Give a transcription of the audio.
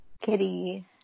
Kitty